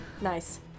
Nice